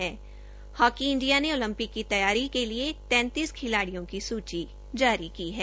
hockey India ने Olympic की तैयारी के लिए तैंतीस खिलाड़ियों की सूची जारी की है